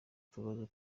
tubazo